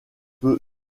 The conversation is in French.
peut